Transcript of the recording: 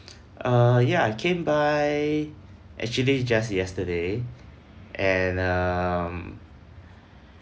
uh ya I came by actually just yesterday and um